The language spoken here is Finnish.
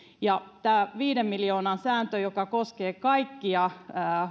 ja kyllähän tämä viiden miljoonan sääntö joka koskee kaikkia